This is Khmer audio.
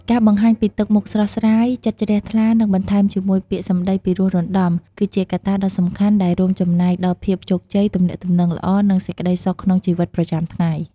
ការបង្ហាញពី ទឹកមុខស្រស់ស្រាយ ចិត្តជ្រះថ្លា និងបន្ថែមជាមួយពាក្យសម្ដីពិរោះរណ្ដំ គឺជាកត្តាដ៏សំខាន់ដែលរួមចំណែកដល់ភាពជោគជ័យ ទំនាក់ទំនងល្អ និងសេចក្តីសុខក្នុងជីវិតប្រចាំថ្ងៃ។